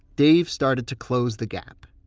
dave started to close the gap